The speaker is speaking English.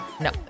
No